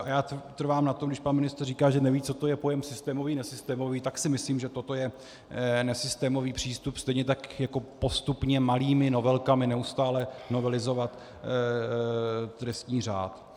A já trvám na tom, když pan ministr říká, že neví, co to je pojem systémový nesystémový, tak si myslím, že toto je nesystémový přístup, stejně jako postupně malými novelkami neustále novelizovat trestní řád.